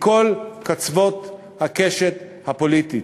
מכל קצוות הקשת הפוליטית.